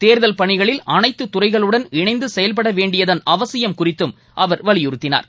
தேர்தல் பணிகளில் அனைத்துத் துறைகளுடன் இணைந்துசெயல்படவேண்டியதன் அவசியம் குறித்தும் அவர் வலியுறுத்தினார்